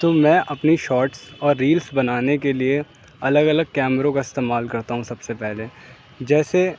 تو میں اپنی شاٹس اور ریلس بنانے کے لیے الگ الگ کیمروں کا استعمال کرتا ہوں سب سے پہلے جیسے